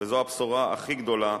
וזו הבשורה הכי גדולה,